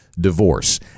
divorce